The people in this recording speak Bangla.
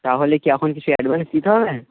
তাহলে কি এখন কিছু অ্যাডভান্স দিতে হবে